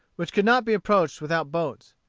which could not be approached without boats.